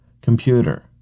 Computer